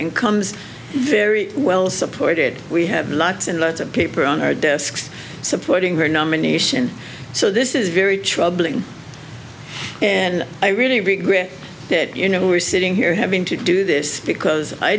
and comes very well supported we have lots and lots of paper on our desks supporting her nomination so this is very troubling and i really regret that you know we're sitting here having to do this because i